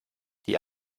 die